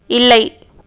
இல்லை